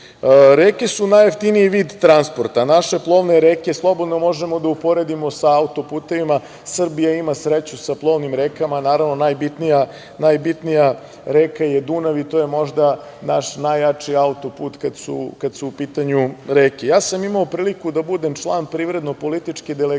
su najjeftiniji vid transporta. Naše plovne reke slobodno možemo da uporedimo sa autoputevima. Srbija ima sreću sa plovnim rekama, a naravno najbitnija reka je Dunav i to je možda naš najjači autoput kada su u pitanju reke. Ja sam imao priliku da budem član privredno-političke delegacije